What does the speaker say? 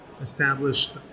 established